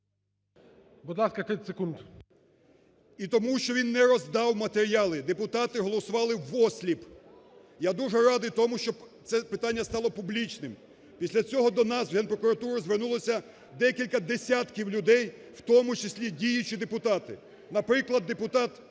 і тому, що він не роздав матеріали, депутати голосували в осліп. Я дуже радий тому, щоб це питання стало публічним. Після цього до нас, в Генпрокуратуру, звернулося декілька десятків людей, в тому числі діючі депутати. Наприклад, депутат